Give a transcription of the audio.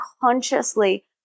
consciously